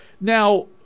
Now